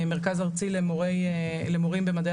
מרכז ארצי למורים במדעי